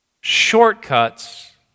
shortcuts